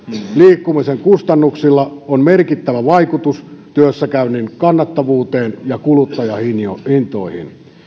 liikkumisen kustannuksilla on merkittävä vaikutus työssäkäynnin kannattavuuteen ja kuluttajahintoihin